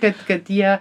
kad kad jie